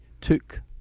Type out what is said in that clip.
took